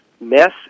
mess